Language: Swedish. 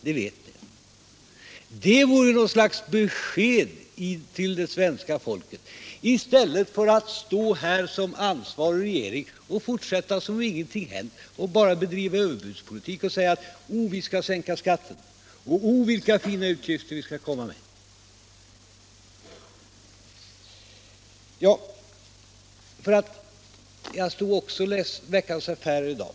Det skulle vara bra att ge ett besked till svenska folket i stället för att stå här som ansvariga regeringsledamöter och fortsätta som om ingenting hänt och bara bedriva överbudspolitik och säga: O, vi skall sänka skatterna, o, vilka fina utgifter vi skall komma med! Även jag läste Veckans Affärer i dag.